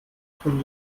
von